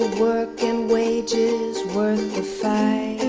work and wages worth the fight